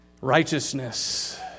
Righteousness